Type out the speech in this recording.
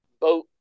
boat